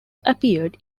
appeared